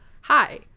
Hi